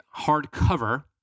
hardcover